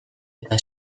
eta